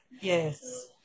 Yes